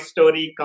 Story